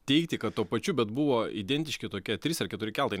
teigti kad tuo pačiu bet buvo identiški tokie trys ar keturi keltai